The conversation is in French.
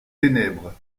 ténèbres